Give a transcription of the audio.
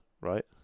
right